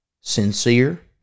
Sincere